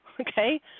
okay